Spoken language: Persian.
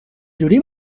جوری